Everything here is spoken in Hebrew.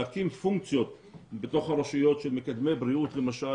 להקים פונקציות בתוך הרשויות של מקדמי בריאות למשל.